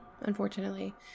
unfortunately